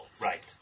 Right